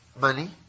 money